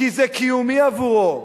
כי זה קיומי עבורו.